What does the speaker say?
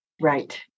Right